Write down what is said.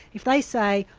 if they say,